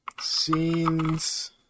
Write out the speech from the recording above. scenes